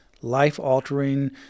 life-altering